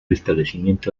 establecimiento